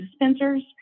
dispensers